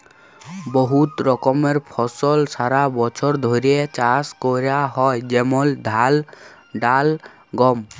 বহুত রকমের ফসল সারা বছর ধ্যরে চাষ ক্যরা হয় যেমল ধাল, ডাল, গম